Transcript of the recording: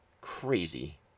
crazy